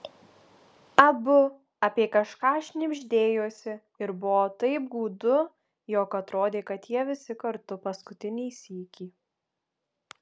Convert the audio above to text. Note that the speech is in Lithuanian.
abu apie kažką šnibždėjosi ir buvo taip gūdu jog atrodė kad jie visi kartu paskutinį sykį